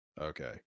okay